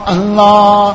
Allah